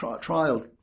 trial